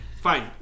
fine